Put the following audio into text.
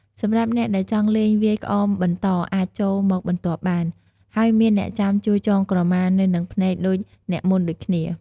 សម្រាប់អ្នកដែលចង់លេងវាយក្អមបន្តអាចចូលមកបន្ទាប់បាន ហើយមានអ្នកចាំជួយចងក្រមានៅនឹងភ្នែកដូចអ្នកមុនដូចគ្នា។